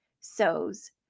sows